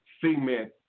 cement